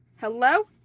Hello